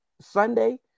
Sunday